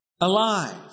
alive